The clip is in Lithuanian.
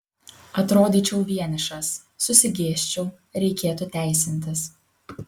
atrodyčiau vienišas susigėsčiau reikėtų teisintis